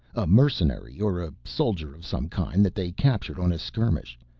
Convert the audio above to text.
a mercenary or a soldier of some kind that they captured on a skirmish.